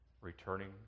Returning